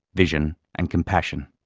vision and compassion.